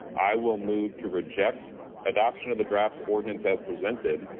i will move to reject adoption of the draft ordinance as presented,